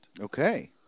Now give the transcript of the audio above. Okay